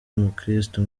umukristo